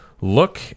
look